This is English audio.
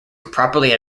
improperly